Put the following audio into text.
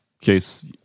case